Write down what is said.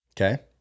Okay